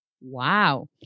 Wow